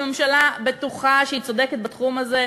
אם הממשלה בטוחה שהיא צודקת בתחום הזה,